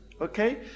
okay